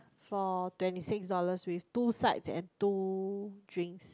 for twenty six dollars with two sides and two drinks